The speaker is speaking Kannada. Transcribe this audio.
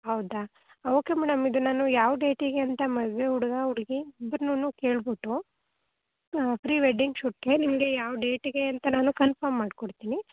ಹೌದಾ ಓಕೆ ಮೇಡಮ್ ಇದು ನಾನು ಯಾವ ಡೇಟಿಗೆ ಅಂತ ಮದುವೆ ಹುಡ್ಗ ಹುಡ್ಗಿ ಇಬ್ರುನು ಕೇಳ್ಬಿಟ್ಟು ಪ್ರಿವೆಡ್ಡಿಂಗ್ ಶೂಟ್ಗೆ ನಿಮಗೆ ಯಾವ ಡೇಟಿಗೆಂತ ನಾನು ಕನ್ಫರ್ಮ್ ಮಾಡಿಕೊಡ್ತೀನಿ